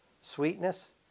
Sweetness